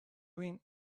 doing